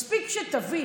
מספיק שתביא